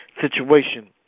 situation